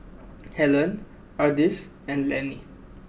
Hellen Ardis and Lennie